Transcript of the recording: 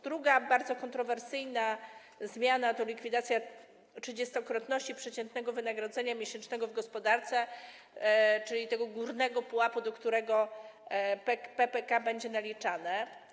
Druga bardzo kontrowersyjna zmiana to likwidacji trzydziestokrotności przeciętnego wynagrodzenia miesięcznego w gospodarce, czyli tego górnego pułapu, do którego PPK będzie naliczane.